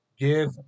Give